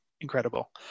incredible